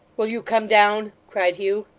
will you come down cried hugh.